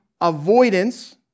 avoidance